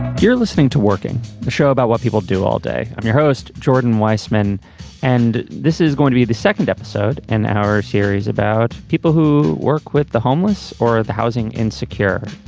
here listening to working the show about what people do all day. i'm your host. jordan weisman and this is going to be the second episode in our series about people who work with the homeless or the housing insecure.